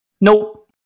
Nope